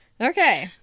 Okay